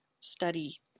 study